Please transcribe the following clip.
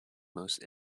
most